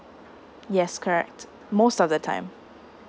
yes correct most of the time